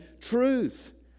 truth